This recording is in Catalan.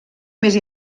més